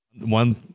one